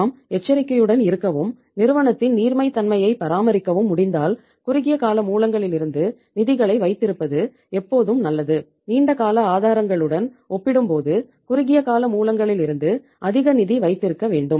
நாம் எச்சரிக்கையுடன் இருக்கவும் நிறுவனத்தின் நீர்மைத்தன்மையை பராமரிக்கவும் முடிந்தால் குறுகிய கால மூலங்களிலிருந்து நிதிகளை வைத்திருப்பது எப்போதும் நல்லது நீண்ட கால ஆதாரங்களுடன் ஒப்பிடும்போது குறுகிய கால மூலங்களிலிருந்து அதிக நிதி வைத்திருக்க வேண்டும்